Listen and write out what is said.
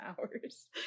hours